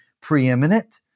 preeminent